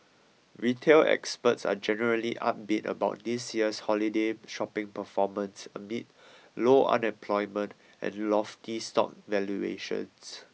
retail experts are generally upbeat about this year's holiday shopping performance amid low unemployment and lofty stock valuations